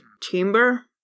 chamber